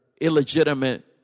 illegitimate